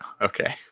Okay